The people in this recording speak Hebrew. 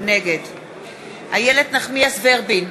נגד איילת נחמיאס ורבין,